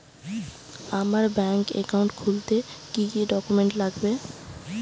আমার bank account খুলতে কি কি ডকুমেন্ট লাগবে?